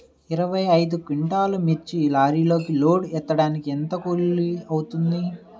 ఇరవై ఐదు క్వింటాల్లు మిర్చి లారీకి లోడ్ ఎత్తడానికి ఎంత కూలి అవుతుంది?